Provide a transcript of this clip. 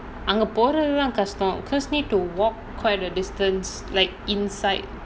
அங்க போறதுதான் கஷ்டம்:anga porathuthaan kashtam because need to walk quite a distance like inside